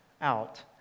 out